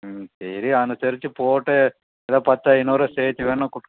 ம் சரி அனுசரித்து போட்டு ஏதோ பத்து ஐந்நூறு சேர்த்து வேணால் கு